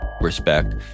respect